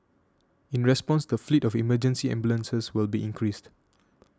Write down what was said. in response the fleet of emergency ambulances will be increased